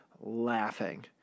laughing